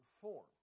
form